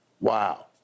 wow